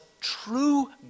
true